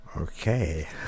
Okay